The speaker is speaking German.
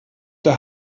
der